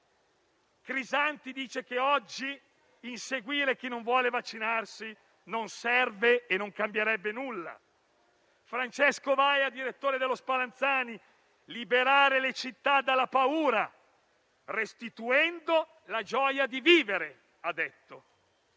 Crisanti dice che oggi inseguire chi non vuole vaccinarsi non serve e non cambierebbe nulla. Francesco Vaia, direttore dello Spallanzani, ha detto di liberare le città dalla paura, restituendo la gioia di vivere.